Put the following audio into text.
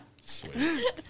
Sweet